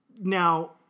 Now